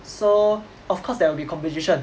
so of course there will be competition